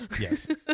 Yes